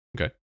okay